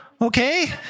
Okay